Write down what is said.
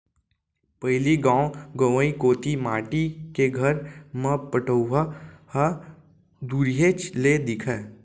पहिली गॉव गँवई कोती माटी के घर म पटउहॉं ह दुरिहेच ले दिखय